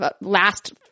last